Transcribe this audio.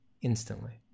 Instantly